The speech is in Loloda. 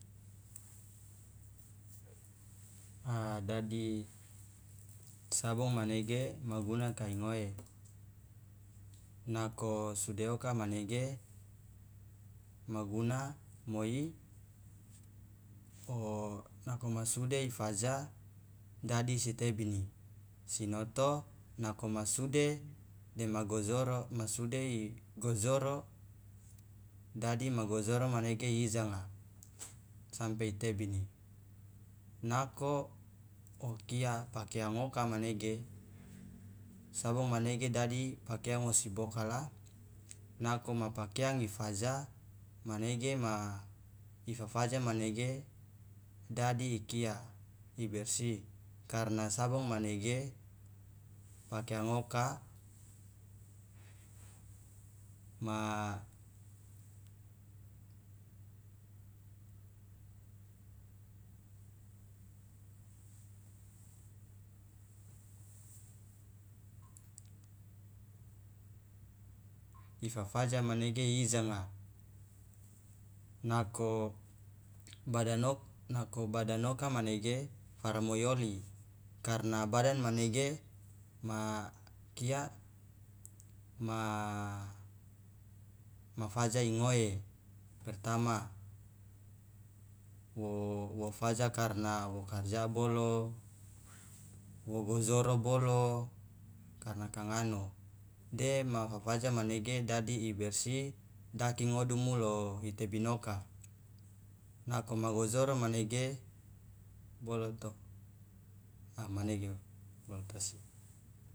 A dadi sabong mane ma guna kai ngoe nako sude oka manege ma guna moi o nako ma sude i faja dadi isi tebini sinoto nako ma sude dema gojoro ma sude i gojoro dadi ma gojoro manege ijanga sampe itebini nako okia pakeang oka manege sabong manege idadi pakeang wosi bokala nako ma pakeang ifaja manege ma ifafaja manege dadi ikia ibersi karna sabong manege pakeang oka ma ifafaja manege iijanga nako badan ok nako badan oka manege faramoi oli karna nako badan manege ma kia ma faja ingoe pertama wo faja karna wo karja bolo wo gojoro bolo karna kangano dema fafaja manege dadi ibersi daki ngodumu lo itebinoka nako magojoro manege boloto a manege bolotosi.